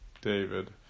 david